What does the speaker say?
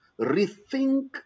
rethink